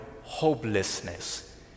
hopelessness